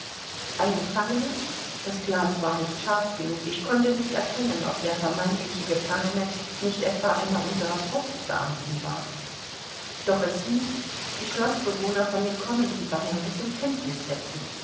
ein gefangener das glas war nicht scharf genug ich konnte nicht erkennen ob der vermeintliche gefangene nicht etwa einer unserer forstbeamten war doch es hieß die schloßbewohner von dem kommenden verhängnis in kenntnis setzen